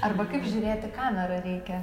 arba kaip žiūrėt į kamera reikia